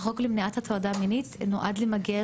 החוק למניעת הטרדה מינית נועד למגר